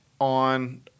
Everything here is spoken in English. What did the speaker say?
on